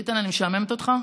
ביטן, אני משעממת אותך?